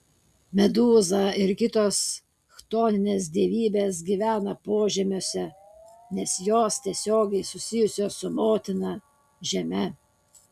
medūza ir kitos chtoninės dievybės gyvena požemiuose nes jos tiesiogiai susijusios su motina žeme